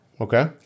Okay